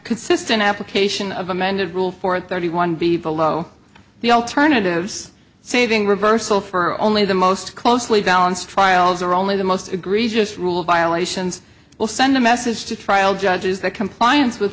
consistent application of amended rule for a thirty one b below the alternatives saving reversal for only the most closely balanced trials or only the most egregious rule violations will send a message to trial judges that compliance with